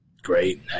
great